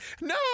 no